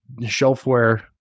shelfware